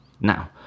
Now